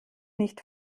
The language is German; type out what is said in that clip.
nicht